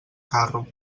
carro